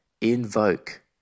invoke